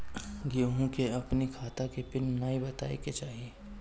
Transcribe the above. केहू के अपनी खाता के पिन नाइ बतावे के चाही